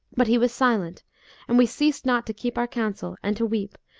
but he was silent and we ceased not to keep our counsel and to weep,